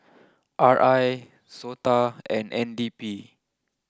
R I Sota and N D P